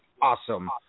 awesome